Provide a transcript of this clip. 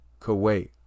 Kuwait